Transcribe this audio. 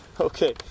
Okay